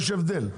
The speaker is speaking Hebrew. יש הבדל.